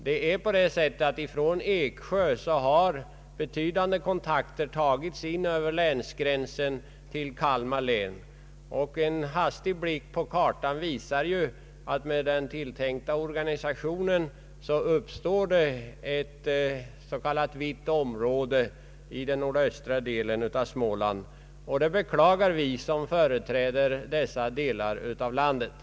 Det är på det sättet att betydande kontakter tagits från Eksjö in över länsgränsen till Kalmar län, och en hastig blick på kartan visar ju att det med den tilltänkta organisationen uppstår ett s.k. vitt område i nordöstra delen av Småland, och detta beklagar vi som företräder dessa delar av landet.